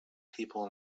people